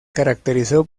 caracterizó